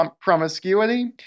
promiscuity